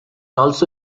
also